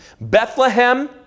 Bethlehem